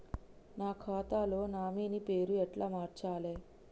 నా ఖాతా లో నామినీ పేరు ఎట్ల మార్చాలే?